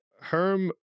Herm